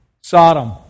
Sodom